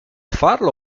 farlo